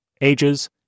ages